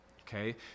Okay